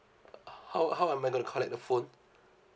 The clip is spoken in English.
how how am I gonna collect the phone